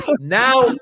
now